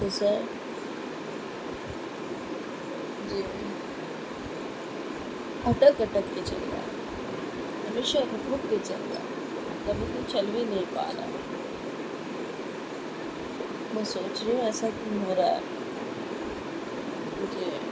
جی sir اٹک اٹک کے چل رہا ہمیشہ رک رک کے چل رہا ہے ابھی تو چل ہی نہیں پا رہا میں سوچ رہی ہوں ایسا کیوں ہو رہا ہے جی